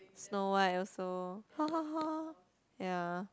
Snow-White also ya